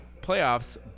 playoffs